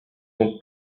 donc